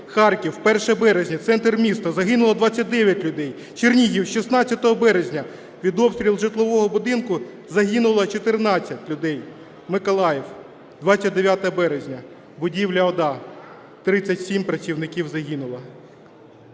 Харків, 1 березня, центр міста, загинуло 29 людей. Чернігів, 16 березня, від обстрілу житлового будинку загинуло 14 людей. Миколаїв, 29 березня, будівля ОДА, 37 працівників загинуло.